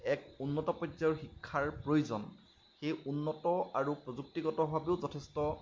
এক উন্নত পৰ্যায়ৰ শিক্ষাৰ প্ৰয়োজন সেই উন্নত আৰু প্ৰযুক্তিগতভাৱেও যথেষ্ট